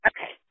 Okay